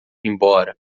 embora